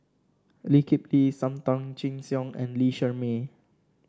Lee Kip Lee Sam Tan Chin Siong and Lee Shermay